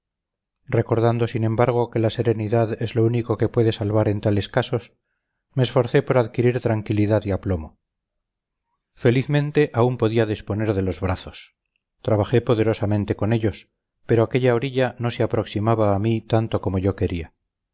recordando sin embargo que la serenidad es lo único que puede salvar en tales casos me esforcé por adquirir tranquilidad y aplomo felizmente aún podía disponer de los brazos trabajé poderosamente con ellos pero aquella orilla no se aproximaba a mí tanto como yo quería